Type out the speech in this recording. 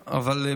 לא הצלחתי לחזור.